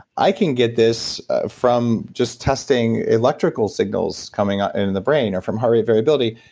i can get this from just testing electrical signals coming up into the brain, or from heart rate variability.